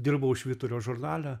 dirbau švyturio žurnale